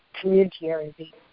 community